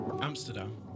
Amsterdam